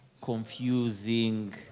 confusing